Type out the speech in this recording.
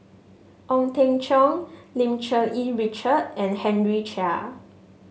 Ong Teng Cheong Lim Cherng Yih Richard and Henry Chia